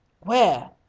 Where